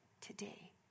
today